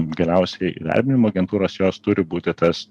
geriausiai įdarbinimo agentūros jos turi būti tas